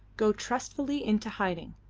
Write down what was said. go trustfully into hiding.